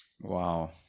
wow